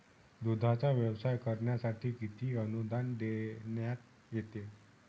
दूधाचा व्यवसाय करण्यासाठी किती अनुदान देण्यात येते?